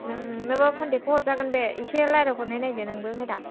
नोंनोबा कनटेक खौ हरजागोन बे एसे रायल्जाय हरनाय नायदो नोंबो मेदाम